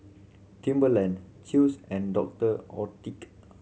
Timberland Chew's and Doctor Oetker